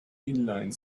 inline